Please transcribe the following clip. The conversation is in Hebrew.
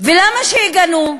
ולמה שיגנו?